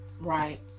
Right